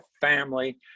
family